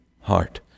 heart